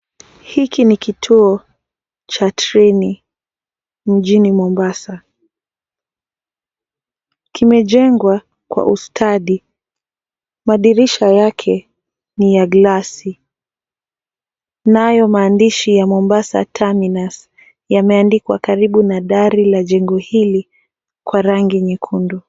Hiki ni kituo cha treini mjini Mombasa. Kimejengwa kwa ustadi. Madirisha yake ni ya glasi. Nayo maandishi ya Mombasa Terminals yameandikwa karibu na dari la jengo hili kwa rangi nyekundu.